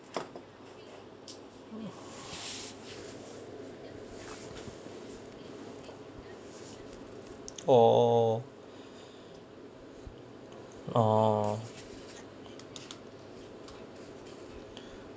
oh oh